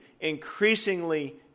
increasingly